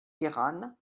queyranne